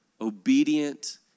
Obedient